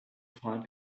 find